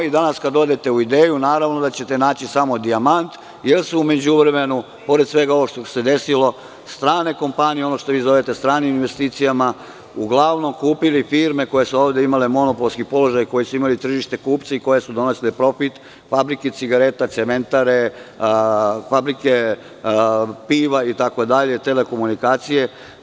Danas kada odete u „Ideu“, naravno da ćete naći samo „Dijamant“, jer su u međuvremenu, pored svega ovoga što se desilo, strane kompanije, ono što vi zovete stranim investicijama, uglavnom kupile firme koje su ovde imale monopolski položaj, koje su imale tržište, kupce, koje su donosile profit, fabrike cigareta, cementare, fabrike piva itd, telekomunikacije.